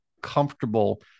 comfortable